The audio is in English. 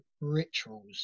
rituals